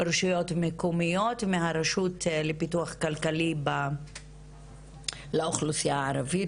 רשויות מקומיות מהרשות לפיתוח כלכלי לאוכלוסיה הערבית,